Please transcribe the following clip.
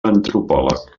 antropòleg